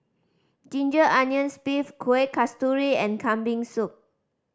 ginger onions beef Kueh Kasturi and Kambing Soup